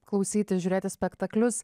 klausytis žiūrėti spektaklius